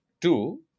Two